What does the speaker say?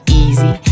easy